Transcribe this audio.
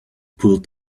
pulled